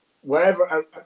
Wherever